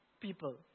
people